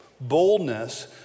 boldness